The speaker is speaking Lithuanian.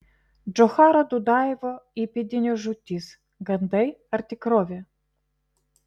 džocharo dudajevo įpėdinio žūtis gandai ar tikrovė